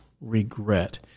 regret